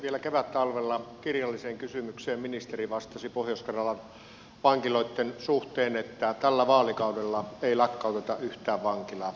vielä kevättalvella kirjalliseen kysymykseen ministeri vastasi pohjois karjalan vankiloitten suhteen että tällä vaalikaudella ei lakkauteta yhtään vankilaa